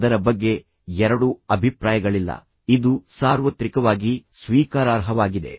ಅದರ ಬಗ್ಗೆ ಎರಡು ಅಭಿಪ್ರಾಯಗಳಿಲ್ಲ ಇದು ಸಾರ್ವತ್ರಿಕವಾಗಿ ಸ್ವೀಕಾರಾರ್ಹವಾಗಿದೆ